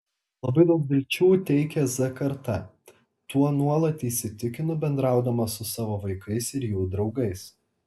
labai daug vilčių teikia z karta tuo nuolat įsitikinu bendraudama su savo vaikais ir jų draugais